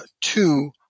two